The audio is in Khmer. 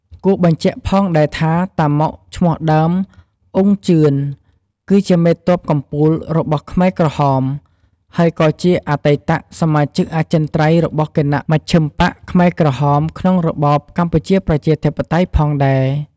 គួរបញ្ជាក់ផងដែរថា តាម៉ុក ឈ្មោះដើម អ៊ុង ជឿន គឺជាមេទ័ពកំពូលរបស់ខ្មែរក្រហម ហើយក៏ជាអតីតសមាជិកអចិន្ត្រៃយ៍របស់គណមជ្ឈិមបក្សខ្មែរក្រហម ក្នុងរបបកម្ពុជាប្រជាធិបតេយ្យផងដែរ។